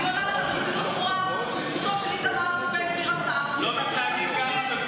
אני אומרת --- לא מתנהגים כך בקואליציה.